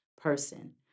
person